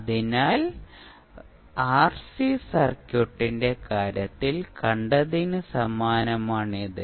അതിനാൽ ആർസി സർക്യൂട്ടിന്റെ കാര്യത്തിൽ കണ്ടതിന് സമാനമാണിത്